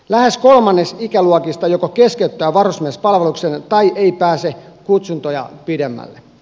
lähes kolmannes ikäluokista joko keskeyttää varusmiespalveluksen tai ei pääse kutsuntoja pidemmälle